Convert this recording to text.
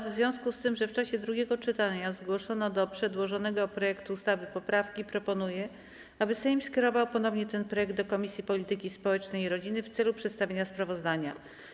W związku z tym, że w czasie drugiego czytania zgłoszono do przedłożonego projektu ustawy poprawki, proponuję, aby Sejm skierował ponownie ten projekt do Komisji Polityki Społecznej i Rodziny w celu przedstawienia sprawozdania.